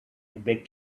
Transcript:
beg